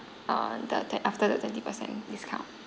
uh the that after the twenty percent discount